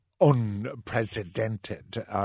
unprecedented